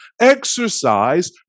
exercise